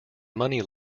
money